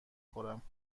خورم